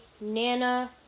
Nana